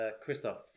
Christoph